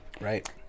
Right